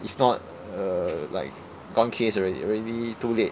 if not err like gone case already already too late